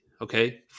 Okay